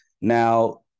Now